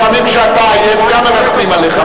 לפעמים כשאתה עייף גם מרחמים עליך,